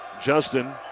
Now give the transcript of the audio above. Justin